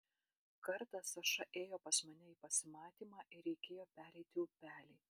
kartą saša ėjo pas mane į pasimatymą ir reikėjo pereiti upelį